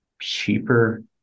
cheaper